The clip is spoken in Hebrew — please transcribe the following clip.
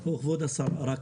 כבוד השרה,